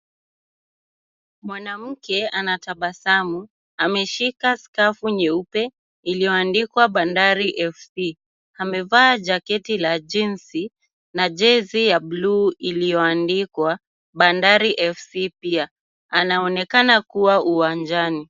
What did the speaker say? Mwanamke anatabasamu. Ameshika skafu nyeupe ilioandikwa bandari Fc. Amevaa jaketi la jinsi na jezi ya blue ilioandikwa bandari Fc pia. Anaonekana kuwa uwanjani.